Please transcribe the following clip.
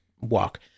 walk